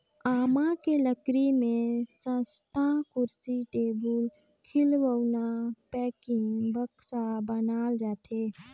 आमा के लकरी में सस्तहा कुरसी, टेबुल, खिलउना, पेकिंग, बक्सा बनाल जाथे